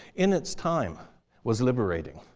in its time was liberating.